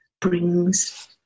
brings